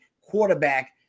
quarterback